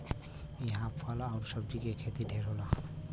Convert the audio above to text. इहां फल आउर सब्जी के खेती ढेर होला